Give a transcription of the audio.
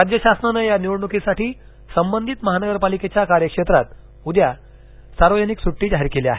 राज्य शासनानं या निवडण्कीसाठी संबंधित महानगरपालिकेच्या कार्यक्षेत्रात उद्या सार्वजनिक सुट्टी जाहीर केली आहे